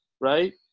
Right